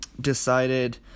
decided